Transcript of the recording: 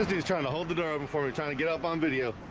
he's trying to hold the door before me trying to get up on video